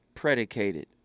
Predicated